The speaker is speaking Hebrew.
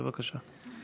בבקשה.